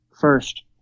first